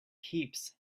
heaps